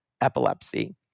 epilepsy